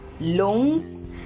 loans